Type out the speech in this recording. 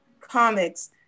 comics